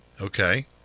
Okay